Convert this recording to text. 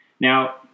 Now